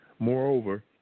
Moreover